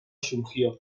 surgió